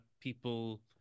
people